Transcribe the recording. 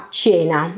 cena